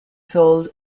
sold